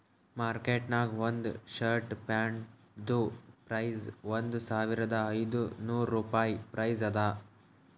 market ನಾಗ್ ಒಂದ್ shirt ಪ್ಯಾಂಟ್ದು ಪ್ರೈಸ್ ಒಂದ್ ಸಾವಿರದ ಐದ ನೋರ್ ರುಪಾಯಿ ಪ್ರೈಸ್ ಅದಾ